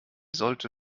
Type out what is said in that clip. sollte